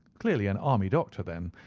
clearly an army doctor, then.